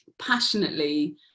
passionately